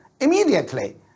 immediately